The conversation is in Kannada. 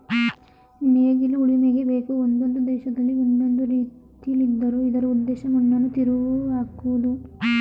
ನೇಗಿಲು ಉಳುಮೆಗೆ ಬೇಕು ಒಂದೊಂದು ದೇಶದಲ್ಲಿ ಒಂದೊಂದು ರೀತಿಲಿದ್ದರೂ ಇದರ ಉದ್ದೇಶ ಮಣ್ಣನ್ನು ತಿರುವಿಹಾಕುವುದು